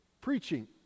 preaching